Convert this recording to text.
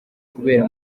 kubera